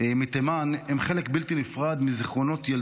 הקשה על פטירתו של הגאון הגדול, רבה של באר